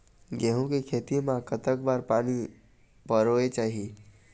गेहूं के खेती मा कतक बार पानी परोए चाही?